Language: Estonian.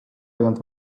tagant